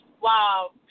Wow